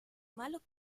malo